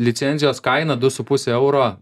licenzijos kaina du su puse euro